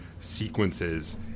sequences